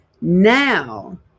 Now